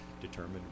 determined